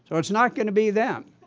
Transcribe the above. so it is not going to be them!